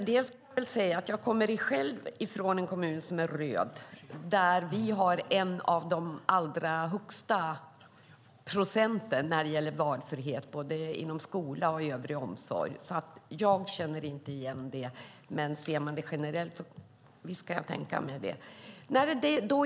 Herr talman! Jag kommer själv från en kommun som är röd. Där har vi bland de allra högsta procenten när det gäller valfrihet inom både skola och övrig omsorg. Därför känner jag inte igen det. Men ser man det generellt kan jag tänka mig att det är så.